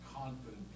confident